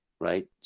Right